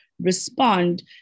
respond